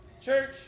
Church